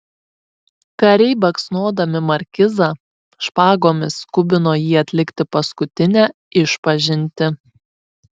kariai baksnodami markizą špagomis skubino jį atlikti paskutinę išpažintį